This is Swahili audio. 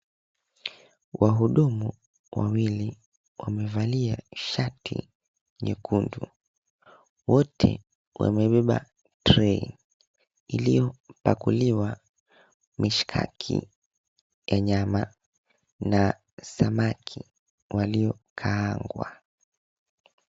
Wahudumu wawili wamevaa shati nyekundu. Wote wamebeba tray iliyopakuliwa mishkaki ya nyama na samaki waliokaangwa.